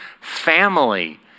family